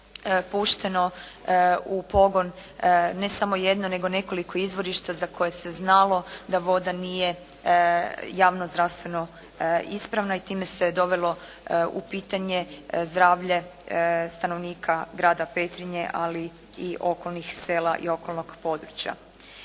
pušteno u pogon ne samo jedno nego nekoliko izvorišta za koje se znalo da voda nije javno zdravstveno ispravna i time se dovelo u pitanje zdravlje stanovnika grada Petrinje ali i okolnih sela i okolnog područja.